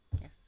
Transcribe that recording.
Yes